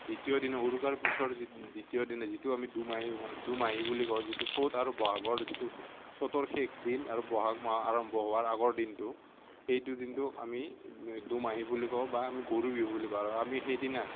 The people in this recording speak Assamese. দ্বিতীয় দিনা উৰুকাৰ পিছৰ যি দ্বিতীয় দিনা যিটো আমি দুমাহী বুলি কওঁ যিটো চ'ত আৰু বহাগৰ যিটো চ'তৰ শেষ দিন আৰু বহাগ মাহ আৰম্ভ হোৱাৰ আগৰ দিনটো সেই দুদিনটো আমি দুমাহী বুলি কওঁ বা আমি গৰু বিহু বুলি কওঁ আমি সেইদিনা